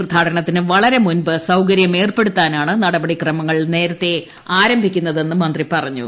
തീർത്ഥാടനത്തിന് വളരെ മുമ്പ് സൌകര്യം ഏർപ്പെടുത്താനാണ് നടപടിക്രമങ്ങൾ നേരത്തെ ആരംഭിക്കുന്നതെന്ന് മന്ത്രി പറഞ്ഞു